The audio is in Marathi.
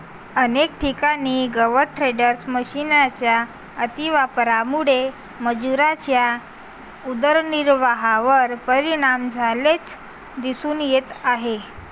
अनेक ठिकाणी गवत टेडर मशिनच्या अतिवापरामुळे मजुरांच्या उदरनिर्वाहावर परिणाम झाल्याचे दिसून येत आहे